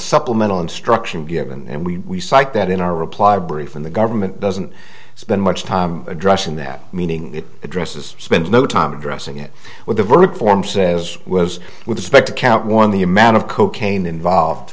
supplemental instruction given and we cite that in our reply brief from the government doesn't spend much time addressing that meaning it addresses spend no time addressing it with the verdict form says was with respect to count one the amount of cocaine involved